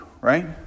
right